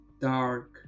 dark